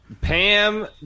Pam